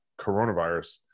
coronavirus